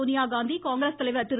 சோனியாகாந்தி காங்கிரஸ் தலைவர் திரு